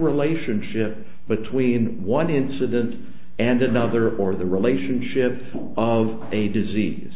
relationship between one incident and another or the relationship of a disease